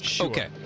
Okay